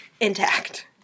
intact